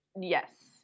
Yes